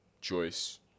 Joyce